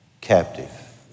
captive